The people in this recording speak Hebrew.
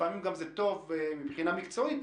לפעמים זה טוב מבחינה מקצועית,